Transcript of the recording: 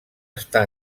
està